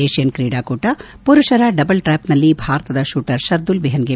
Asian ಕ್ರೀಡಾಕೂಟ ಪುರುಪರ double ಟ್ರಾಪ್ನಲ್ಲಿ ಭಾರತದ ಶೂಟರ್ ಶರ್ದುಲ್ ವಿಹನ್ಗೆ